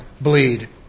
bleed